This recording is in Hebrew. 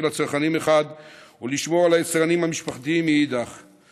לצרכנים מחד גיסא ולשמור על היצרנים המשפחתיים מאידך גיסא.